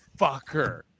fucker